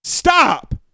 Stop